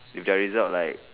if their result like